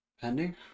Pending